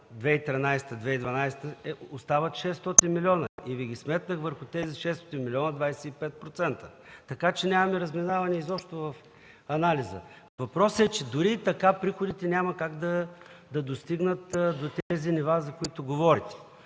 2012-2013 г. остават 600 милиона. Сметнах Ви 25% върху тези 600 милиона. Така че нямаме разминаване изобщо в анализа. Въпросът е, че дори и така приходите няма как да достигнат до тези нива, за които говорите.